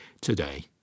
today